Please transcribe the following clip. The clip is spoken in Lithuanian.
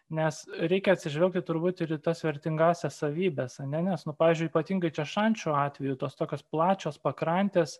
nes reikia atsižvelgti turbūt ir į tas vertingąsias savybes ar ne nu pavyzdžiui ypatingai čia šančių atveju tos tokios plačios pakrantės